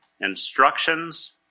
instructions